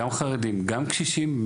גם חרדים, גם קשישים.